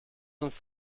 uns